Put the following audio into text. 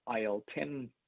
IL-10